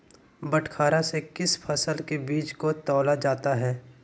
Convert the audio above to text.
बटखरा से किस फसल के बीज को तौला जाता है?